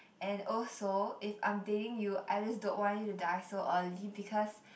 and also if I'm dating you I just don't want you to die so early because